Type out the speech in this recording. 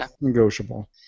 negotiable